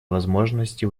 возможности